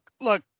look